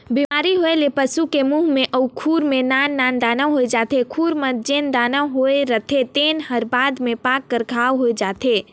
बेमारी होए ले पसू की मूंह अउ खूर में नान नान दाना होय जाथे, खूर म जेन दाना होए रहिथे तेन हर बाद में पाक कर घांव हो जाथे